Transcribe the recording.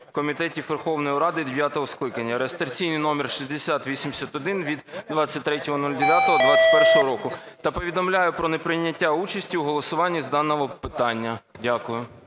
комітетів Верховної Ради дев'ятого скликання" (реєстраційний номер 6081) (від 23.09.2021 року) та повідомляю про неприйняття участі у голосуванні з даного питання. Дякую.